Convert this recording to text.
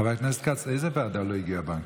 חבר הכנסת כץ, לאיזו ועדה לא הגיעו הבנקים?